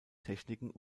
techniken